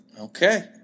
Okay